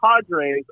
Padres